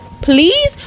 Please